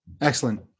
Excellent